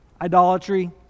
Idolatry